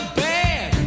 bad